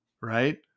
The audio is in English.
right